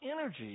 energy